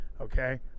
okay